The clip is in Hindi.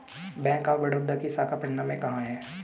बैंक ऑफ बड़ौदा की शाखा पटना में कहाँ है?